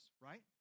right